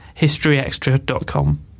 historyextra.com